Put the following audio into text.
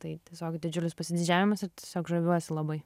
tai tiesiog didžiulis pasididžiavimas ir tiesiog žaviuosi labai